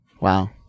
Wow